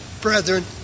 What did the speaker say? brethren